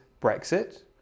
Brexit